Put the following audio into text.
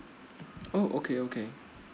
oh okay okay